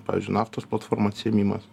pavyzdžiui naftos platformų atsiėmimas